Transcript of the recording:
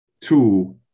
Two